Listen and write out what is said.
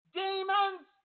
demons